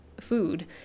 food